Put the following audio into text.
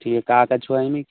ٹھیٖک کاغذ چھُوا اَمِکۍ